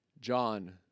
John